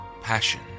passion